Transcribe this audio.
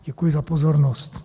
Děkuji za pozornost.